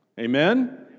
Amen